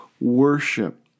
worship